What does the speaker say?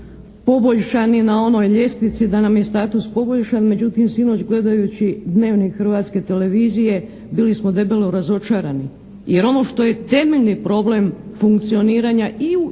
na onoj ljestvici, da nam je status poboljšan. Međutim, sinoć gledajući "Dnevnik" Hrvatske televizije bili smo debelo razočarani. Jer ono što je temeljni problem funkcioniranja i u